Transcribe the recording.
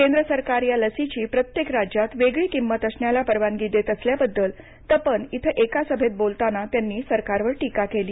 केंद्र सरकार ह्या लसीची प्रत्येक राज्यात वेगळी किंमत असण्याला परवानगी देत असल्याबद्दल तपन इथं एका सभेत बोलताना त्यांनी सरकारवर टीका केली